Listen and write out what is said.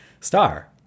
Star